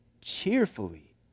cheerfully